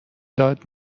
داد